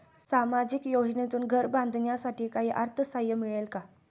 सामाजिक योजनेतून घर बांधण्यासाठी काही अर्थसहाय्य मिळेल का?